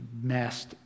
messed